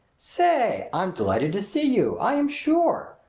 say, i'm delighted to see you i am sure!